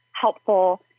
helpful